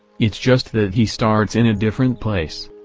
it's just that he starts in a different place.